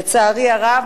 לצערי הרב,